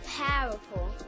Powerful